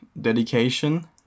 dedication